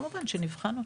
כמובן שנבחן אותו.